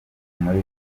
muri